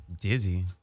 Dizzy